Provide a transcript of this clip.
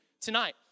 tonight